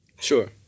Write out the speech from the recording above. Sure